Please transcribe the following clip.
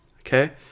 Okay